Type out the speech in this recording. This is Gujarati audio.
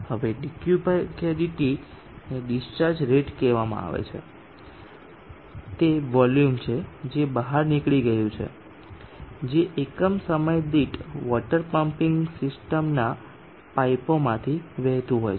હવે ddt ને ડિસ્ચાર્જ રેટ કહેવામાં આવે છે તે તે વોલ્યુમ છે જે બહાર નીકળી ગયું છે જે એકમ સમય દીઠ વોટર પમ્પિંગ સિસ્ટમના પાઈપોમાંથી વહેતું હોય છે